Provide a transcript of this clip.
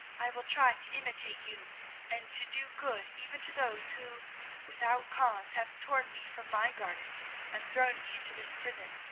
i will try to imitate you and to do good even to those who without cause have torn me from my garden and thrown me into this prison.